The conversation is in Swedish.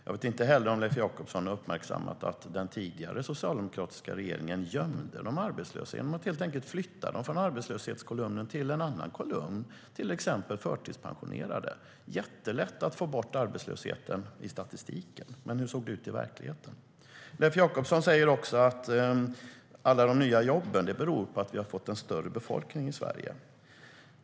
Jag vet inte heller om Leif Jakobsson har uppmärksammat att den tidigare socialdemokratiska regeringen gömde de arbetslösa genom att helt enkelt flytta dem från arbetslöshetskolumnen till en annan kolumn, till exempel förtidspensionerade. Det var jättelätt att få bort arbetslösheten i statistiken. Men hur såg det ut i verkligheten? Leif Jakobsson säger också att alla de nya jobben beror på att Sverige har fått en större befolkning.